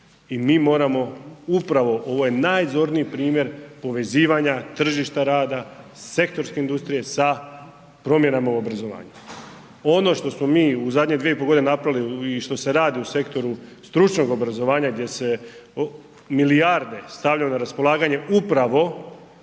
I mi moramo upravo, ovo je najzorniji primjer povezivanja tržišta rada, sektorske industrije sa promjenama u obrazovanju. Ono što smo mi u zadnje 2,5 godine napravili i što se radi u sektoru stručnog obrazovanja gdje se milijarde stavljaju na raspolaganje upravo